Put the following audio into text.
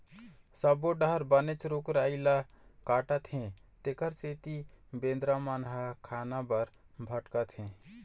सब्बो डहर बनेच रूख राई ल काटत हे तेखर सेती बेंदरा मन ह खाना बर भटकत हे